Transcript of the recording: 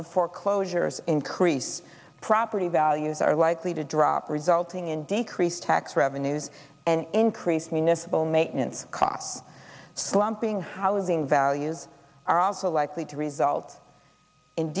of foreclosures increased property values are likely to drop resulting in decreased tax revenues and increased municipal maintenance costs slumping housing values are also likely to result